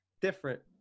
different